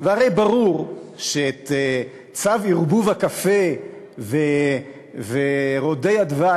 והרי ברור שאת צו ערבוב הקפה ורודי הדבש